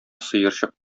сыерчык